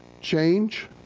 change